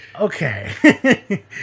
okay